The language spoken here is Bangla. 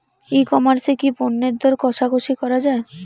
ই কমার্স এ কি পণ্যের দর কশাকশি করা য়ায়?